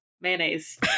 mayonnaise